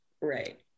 Right